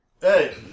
Hey